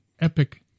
epic